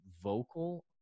vocal